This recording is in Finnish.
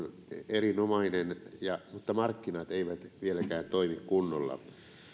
erinomainen mutta markkinat eivät vieläkään toimi kunnolla